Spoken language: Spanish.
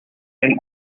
del